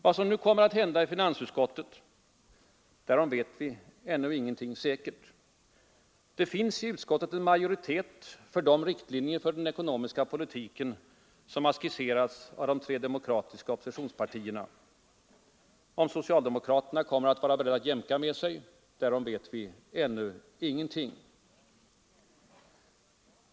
Vad som nu kommer att hända i finansutskottet, därom vet vi ännu ingenting säkert. Det finns i utskottet en majoritet för de riktlinjer för den ekonomiska politiken som har skisserats av de tre demokratiska oppositionspartierna. Om socialdemokraterna kommer att vara beredda till jämkningar, därom vet vi ännu ingenting.